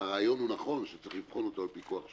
הרעיון הוא נכון, שצריך לבחון אותו על פי כוח שוק,